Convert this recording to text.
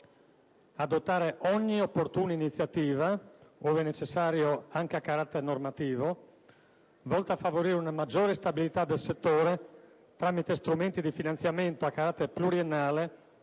adottare ogni opportuna iniziativa, ove necessario anche a carattere normativo, volta a favorire una maggiore stabilità del settore, tramite strumenti di finanziamento a carattere pluriennale